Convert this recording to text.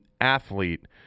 athlete